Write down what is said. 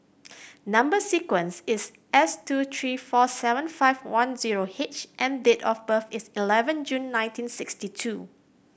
number sequence is S two three four seven five one zero H and date of birth is eleven June nineteen six two